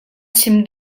chim